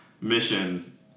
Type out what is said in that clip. mission